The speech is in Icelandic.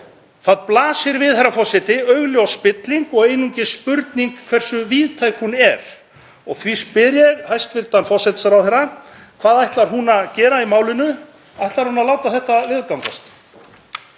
Það blasir við, herra forseti, augljós spilling og einungis spurning hversu víðtæk hún er. Því spyr ég hæstv. forsætisráðherra: Hvað ætlar hún að gera í málinu? Ætlar hún að láta þetta viðgangast?